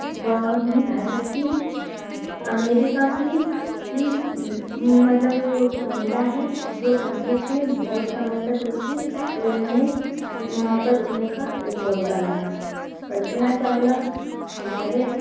वह भी भारत की अमेरिका की की मतलब महिला हैं जो अंतरिक्ष मैं बहुत समय तक रुकीं और उन्होंने वहाँ पर रुकने का रिकॉर्ड बनाया कल्पना चावला हमारे